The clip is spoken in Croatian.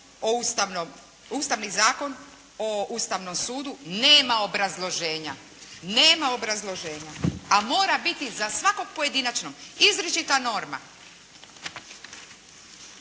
Ustavni zakon o Ustavnom sudu, nema obrazloženja a mora biti za svakog pojedinačno, izričita norma.